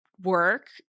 work